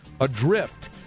adrift